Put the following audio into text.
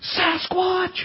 Sasquatch